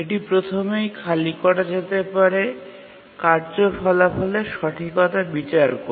এটি প্রথমেই খালি করা যেতে পারে কার্য ফলাফলের সঠিকতা বিচার করে